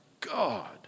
God